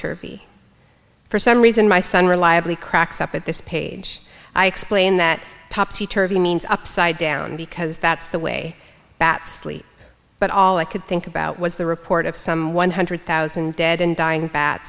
turvy for some reason my son reliably cracks up at this page i explain that topsy turvy means upside down because that's the way bats but all i could think about was the report of some one hundred thousand dead and dying bat